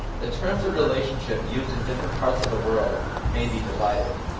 the terms of relationship used in different parts of the world may be divided,